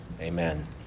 Amen